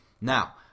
Now